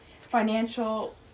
financial